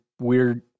weird